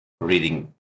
reading